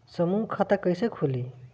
समूह खाता कैसे खुली?